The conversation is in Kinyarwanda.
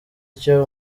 icyo